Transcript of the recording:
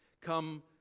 come